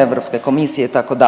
Europske komisije itd.,